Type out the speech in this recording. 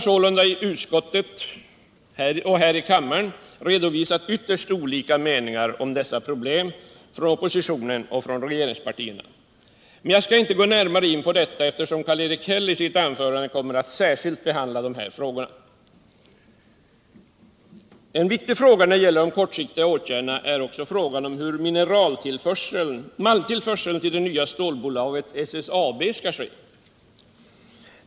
Såväl i utskottet som här i kammaren har ytterst delade meningar om problemen redovisats. Jag skall inte närmare gå in på detta eftersom Karl-Erik Häll i sitt anförande kommer att särskilt behandla dessa frågor. En viktig fråga när det gäller de kortsiktiga åtgärderna är hur malmtillförseln till det nya stålbolaget SSAB skall ske.